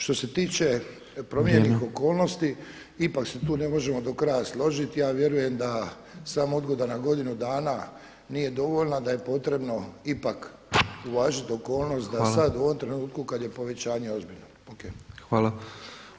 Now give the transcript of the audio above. Što se tiče promijenjenih okolnosti ipak se tu ne možemo do kraja složiti, ja vjerujem da sama odgoda na godinu dana nije dovoljna, da je potrebno ipak uvažiti okolnost da sada u ovom trenutku kada je povećanje ozbiljno.